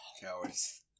Cowards